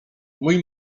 mój